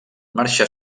marxà